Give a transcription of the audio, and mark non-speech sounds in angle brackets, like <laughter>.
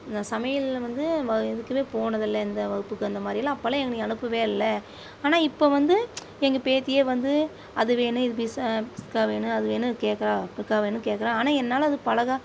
நான் சமையலில் வந்து எதுக்கும் போனதில்லை இந்த வகுப்பு அந்த மாதிரியெல்லாம் அப்பலாம் எங்களை அனுப்பவே இல்லை ஆனால் இப்போ வந்து எங்கள் பேத்தியே வந்து அது வேணும் இது பீசா வேணும் குஸ்கா அது வேணும் கேப்பாள் <unintelligible> வேணும்னு கேக்கிறா ஆனால் என்னால் அது பழக